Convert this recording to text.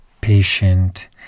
patient